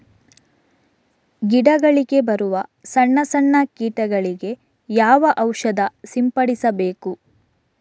ಗಿಡಗಳಿಗೆ ಬರುವ ಸಣ್ಣ ಸಣ್ಣ ಕೀಟಗಳಿಗೆ ಯಾವ ಔಷಧ ಸಿಂಪಡಿಸಬೇಕು?